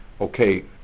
okay